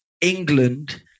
England